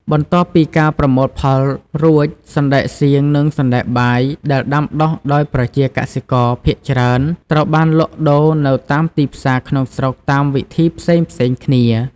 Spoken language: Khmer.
បន្ទាប់ពីការប្រមូលផលរួច សណ្តែកសៀង និងសណ្តែកបាយដែលដាំដុះដោយប្រជាកសិករ ភាគច្រើនត្រូវបានលក់ដូរនៅតាមទីផ្សារក្នុងស្រុកតាមវិធីផ្សេងៗគ្នា។